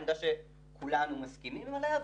עמדה שכולנו מסכימים עליה.